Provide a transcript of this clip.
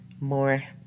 more